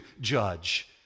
judge